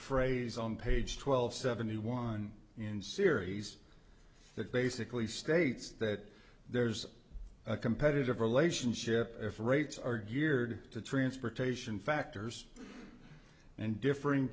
phrase on page twelve seventy one in series that basically states that there's a competitive relationship if rates are geared to transportation factors and differing